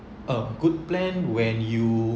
a good plan when you